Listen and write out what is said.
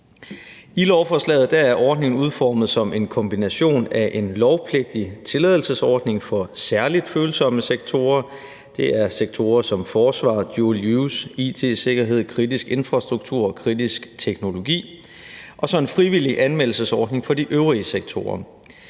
I lovforslaget er ordningen udformet som en kombination af en lovpligtig tilladelsesordning for særligt følsomme sektorer – det er sektorer som forsvar, dual use, it-sikkerhed, kritisk infrastruktur og kritisk teknologi – og så en frivillig anmeldelsesordning for de øvrige sektorer.